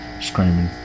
screaming